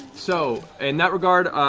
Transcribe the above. so, in that regard,